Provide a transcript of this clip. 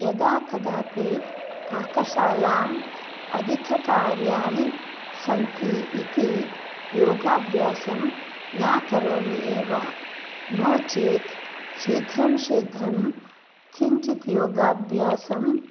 यदा कदापि पाकशालाम् अधिककार्याणि सन्ति इति योगाभ्यासं न करोमि एव नो चेत् शीघ्रं शीघ्रं किञ्चित् योगाभ्यासम्